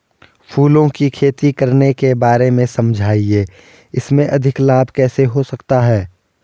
फूलों की खेती करने के बारे में समझाइये इसमें अधिक लाभ कैसे हो सकता है?